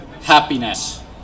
happiness